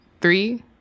Three